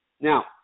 Now